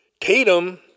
Tatum